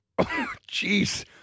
jeez